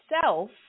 self